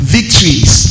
Victories